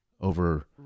Over